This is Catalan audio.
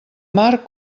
mar